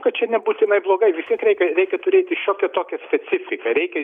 kad čia nebūtinai blogai vis tiek reikia reikia turėti šiokią tokią specifiką reikia